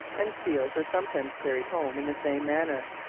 and seals are sometimes carried home in the same manner,